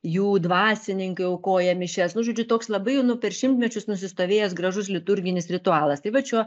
jų dvasininkai aukoja mišias nu žodžiu toks labai jau nu per šimtmečius nusistovėjęs gražus liturginis ritualas tai vat šiuo